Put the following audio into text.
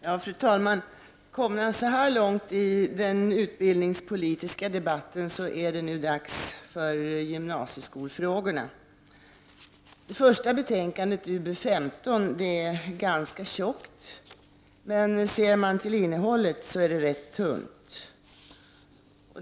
Fru talman! Komna så här långt i den utbildningspolitiska debatten är det nu dags för gymnasieskolfrågorna. Det första betänkandet, UbU1S5, är ganska tjockt, men ser man till innehållet är det rätt tunt.